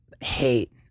hate